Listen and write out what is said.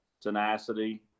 Tenacity